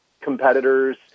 competitors